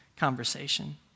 conversation